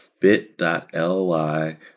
bit.ly